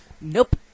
Nope